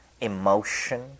emotion